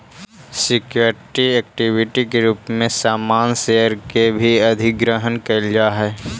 security equity के रूप में सामान्य शेयर के भी अधिग्रहण कईल जा हई